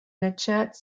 начать